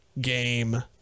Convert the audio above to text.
game